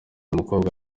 umukobwa